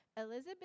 Elizabeth